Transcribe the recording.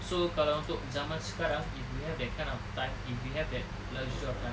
so kalau untuk zaman sekarang if you have that kind of time if we have that luxury of time